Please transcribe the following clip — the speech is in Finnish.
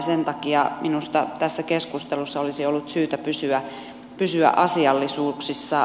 sen takia minusta tässä keskustelussa olisi ollut syytä pysyä asiallisuuksissa